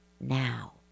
now